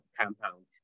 compound